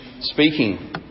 speaking